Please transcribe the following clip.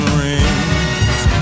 rings